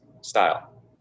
style